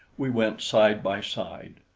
we went side by side,